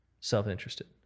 self-interested